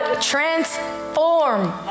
transform